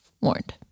warned